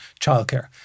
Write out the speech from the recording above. childcare